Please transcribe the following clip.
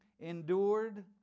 Endured